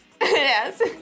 Yes